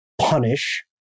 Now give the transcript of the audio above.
punish